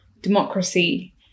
democracy